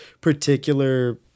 particular